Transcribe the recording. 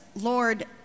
Lord